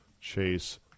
Chase